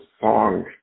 song